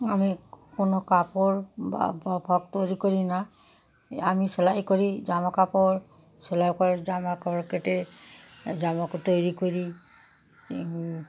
আমি কোনো কাপড় বা ফ্রক তৈরি করি না আমি সেলাই করি জামা কাপড় সেলাই করার জামা কাপড় কেটে জামা তৈরি করি